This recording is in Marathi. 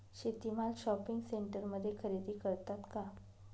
शेती माल शॉपिंग सेंटरमध्ये खरेदी करतात का?